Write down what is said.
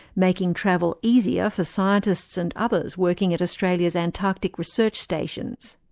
making travel easier for scientists and others working at australia's antarctic research stations.